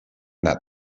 that